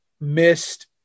missed